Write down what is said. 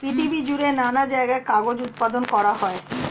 পৃথিবী জুড়ে নানা জায়গায় কাগজ উৎপাদন করা হয়